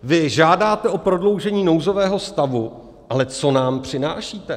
Vy žádáte o prodloužení nouzového stavu, ale co nám přinášíte?